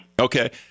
Okay